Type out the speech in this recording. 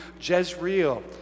Jezreel